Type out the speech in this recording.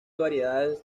variedades